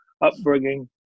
upbringing